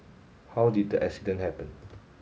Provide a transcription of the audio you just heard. how did the accident happen